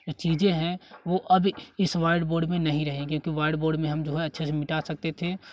ये चीज़ें हैं वो अब इस वाइट बोर्ड में नहीं रहेंगे कि वाइट बोर्ड में हम जो हैं अच्छे से मिटा सकते थे